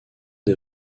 des